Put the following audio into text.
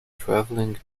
traveling